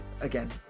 again